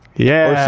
yeah.